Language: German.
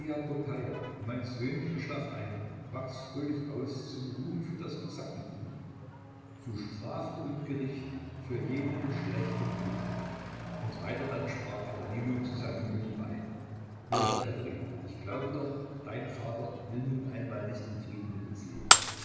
popeia mein söhnchen schlaf ein wachs fröhlich aus zum ruhm für das kosakentum zu strafe und gericht für jeden schlechten wicht und weiter dann sprach herr danilo zu seinem jungen weib horch katherina ich glaube doch dein vater will nun einmal nicht in frieden mit uns leben